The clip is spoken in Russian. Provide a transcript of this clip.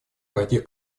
каких